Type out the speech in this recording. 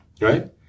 Right